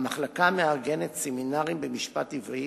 המחלקה מארגנת סמינרים במשפט עברי,